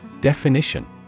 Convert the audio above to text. Definition